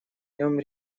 нем